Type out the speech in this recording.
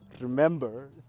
remember